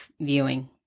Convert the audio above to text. viewing